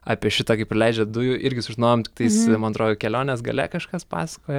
apie šitą kai prileidžia dujų irgi sužinojom tiktais man atrodo kelionės gale kažkas pasakojo